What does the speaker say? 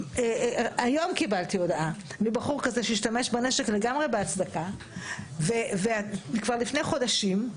היום קיבלתי הודעה מבחור כזה שהשתמש בנשק לגמרי בהצדקה כבר לפני חודשים,